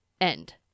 End